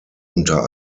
unter